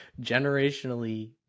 generationally